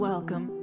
Welcome